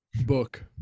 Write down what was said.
Book